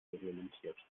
reglementiert